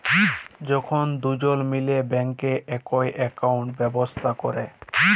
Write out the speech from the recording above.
যখল দুজল মিলে ব্যাংকে একই একাউল্ট ব্যবস্থা ক্যরে